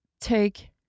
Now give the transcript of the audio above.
take